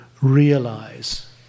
realize